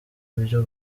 ibyo